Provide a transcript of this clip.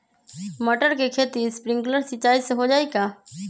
मटर के खेती स्प्रिंकलर सिंचाई से हो जाई का?